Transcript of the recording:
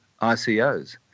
ICOs